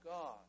God